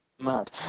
mad